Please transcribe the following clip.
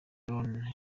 brown